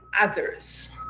others